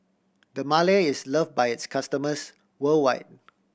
Dermale is loved by its customers worldwide